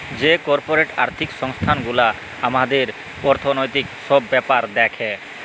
যে কর্পরেট আর্থিক সংস্থান গুলা হামাদের অর্থনৈতিক সব ব্যাপার দ্যাখে